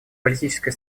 политическая